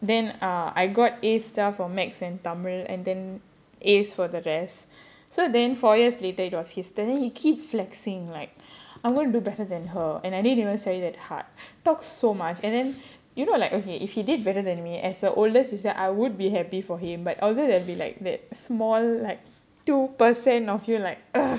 then uh I got A star for mathematics and tamil and then A for the rest so then four years later it was his turn then he keep flexing like I'm going to do better than her and I didn't even study that hard talk so much and then you know like okay if he did better than me as a older sister I would be happy for him but although there'll be like that small like two per cent of you like ugh